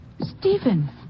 Stephen